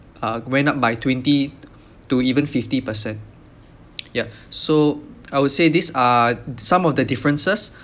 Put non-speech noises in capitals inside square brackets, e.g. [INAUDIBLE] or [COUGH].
uh going up by twenty [NOISE] to even fifty percent [NOISE] ya so I would say these are some of the differences